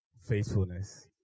faithfulness